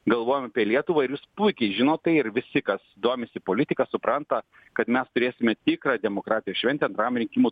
galvojam apie lietuvą ir jūs puikiai žinot tai ir visi kas domisi politika supranta kad mes turėsime tikrą demokratijos šventę antram rinkimų